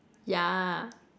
yeah